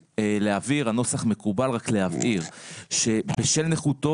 הנוסח מקובל אבל אנחנו רוצים להבהיר שבשל נכותו,